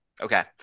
Okay